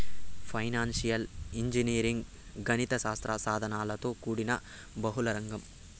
financial engineering గణిత శాస్త్ర సాధనలతో కూడిన బహుళ రంగం